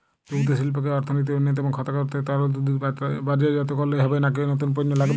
দুগ্ধশিল্পকে অর্থনীতির অন্যতম খাত করতে তরল দুধ বাজারজাত করলেই হবে নাকি নতুন পণ্য লাগবে?